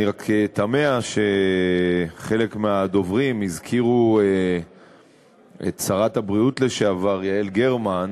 אני רק תמה שחלק מהדוברים הזכירו את שרת הבריאות לשעבר יעל גרמן,